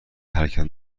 حرکت